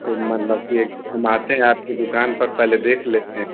तो मतलब के हम आते हैं आपकी दुकान पर पहले देख लेते हैं